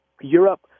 europe